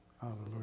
Hallelujah